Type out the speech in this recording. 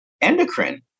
endocrine